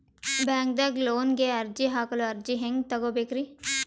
ಬ್ಯಾಂಕ್ದಾಗ ಲೋನ್ ಗೆ ಅರ್ಜಿ ಹಾಕಲು ಅರ್ಜಿ ಹೆಂಗ್ ತಗೊಬೇಕ್ರಿ?